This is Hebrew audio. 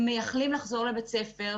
הם מייחלים לחזור לבית ספר,